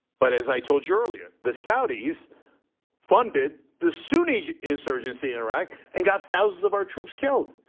but as i told you earlier, the saudis funded the sunni insurgency in iraq and got thousands of our troops killed.